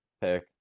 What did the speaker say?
pick